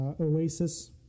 Oasis